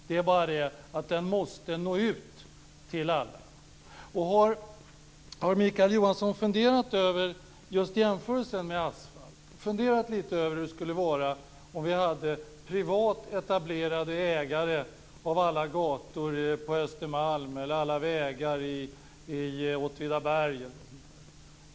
Det är bara det att den måste nå ut till alla. Har Mikael Johansson funderat över just jämförelsen med asfalt, funderat lite över hur det skulle vara om vi hade privat etablerade ägare av alla gator på Östermalm eller alla vägar i Åtvidaberg?